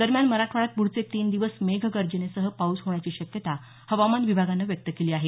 दरम्यान मराठवाड्यात पुढचे तीन दिवस मेघगर्जनेसह पाऊस होण्याची शक्यता हवामान विभागानं व्यक्त केली आहे